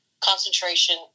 concentration